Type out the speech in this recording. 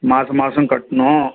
மாதம் மாதம் கட்டணும்